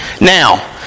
Now